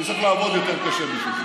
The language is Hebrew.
אתה צריך לעבוד יותר קשה בשביל זה.